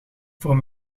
voor